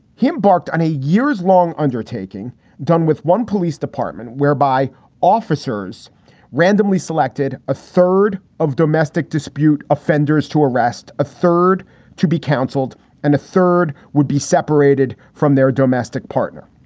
he embarked on a years long undertaking done with one police department whereby officers randomly selected a third of domestic dispute offenders to arrest, a third to be counseled and a third would be separated from their domestic partner.